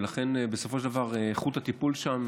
ולכן בסופו של דבר איכות הטיפול שם